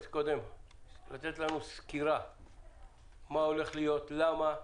שייתן לנו סקירה על מה הולך להיות ולמה.